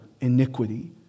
iniquity